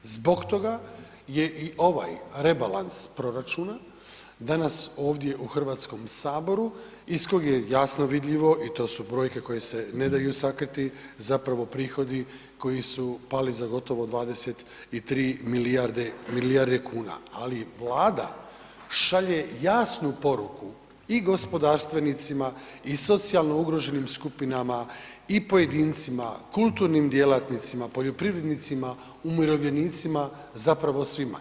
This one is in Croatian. Zbog toga je i ovaj rebalans proračuna danas ovdje u Hrvatskom saboru iz kog je jasno vidljivo i to su brojke koje se ne daju sakriti zapravo prihodi koji su pali za gotovo 23 milijarde kuna, ali Vlada šalje jasnu poruku i gospodarstvenicima i socijalno ugroženim skupinama i pojedincima, kulturnim djelatnicima, poljoprivrednicima, umirovljenicima, zapravo svima.